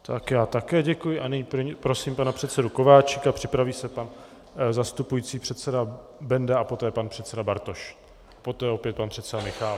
Tak já taky děkuji a nyní prosím pana předsedu Kováčika, připraví se pan zastupující předseda Benda a poté pan předseda Bartoš, poté opět pan předseda Michálek.